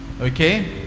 Okay